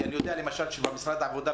כי אני יודע למשל במשרד העבודה,